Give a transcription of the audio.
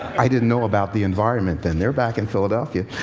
i didn't know about the environment then. they're back in philadelphia.